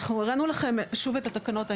אנחנו הראינו לכם שוב את התקנות.